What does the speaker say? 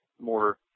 more